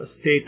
state